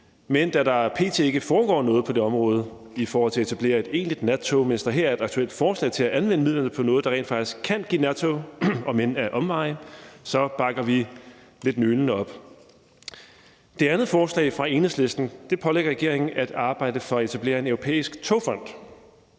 men da der p.t. ikke foregår noget på det område i forhold til at etablere et egentligt nattog, mens der her er et aktuelt forslag til at anvende midlerne på noget, der rent faktisk kan give nattog – om end ad omveje – så bakker vi lidt nølende op. Det andet forslag fra Enhedslisten pålægger regeringen at arbejde for at etablere en europæisk togfond.